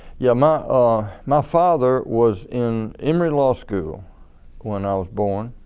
yeah my ah my father was in emory law school when i was born.